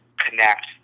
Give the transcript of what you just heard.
connect